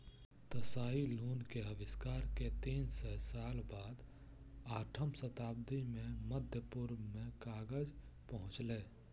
Tsai Lun के आविष्कार के तीन सय साल बाद आठम शताब्दी मे मध्य पूर्व मे कागज पहुंचलै